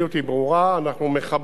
אנחנו מחברים ולא מנתקים.